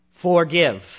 forgive